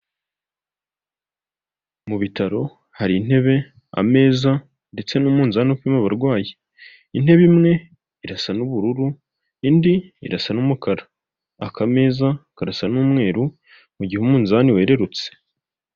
Mu bitaro hari intebe, ameza ndetse n'umunzani upibama abarwayi. Intebe imwe irasa n'ubururu indi irasa n'umukara, akamezaza karasa n'umweruru mu gihe umunzani wererutse.